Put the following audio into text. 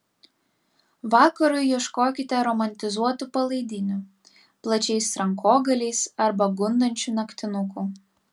vakarui ieškokite romantizuotų palaidinių plačiais rankogaliais arba gundančių naktinukų